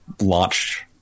launch